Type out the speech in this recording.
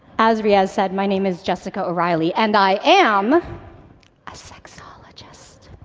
as riaz said, my name is jessica o'reilly, and i am a sexologist.